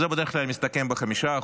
זה בדרך כלל מסתכם ב-5%,